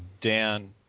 Dan